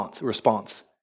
response